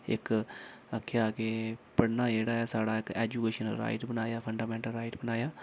इक आखेआ कि पढ़ना जेह्ड़ा ऐ साढ़ा इक एजुकेशन राइट बनाया फंडामेंटल राइट बनाया